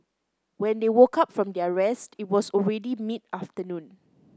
when they woke up from their rest it was already mid afternoon